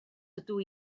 ydw